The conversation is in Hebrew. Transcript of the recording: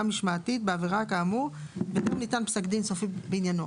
משמעתית בעבירה כאמור וטרם ניתן פסק דין סופי בעניינו.